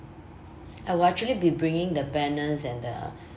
I will actually be bringing the banners and the